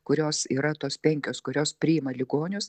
kurios yra tos penkios kurios priima ligonius